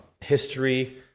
history